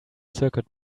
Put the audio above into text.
circuit